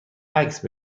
عکس